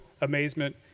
amazement